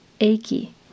achy